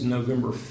November